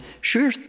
sure